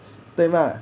对吗